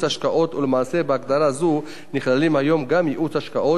ולמעשה בהגדרה זו נכללים היום גם ייעוץ השקעות שניתן